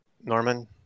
Norman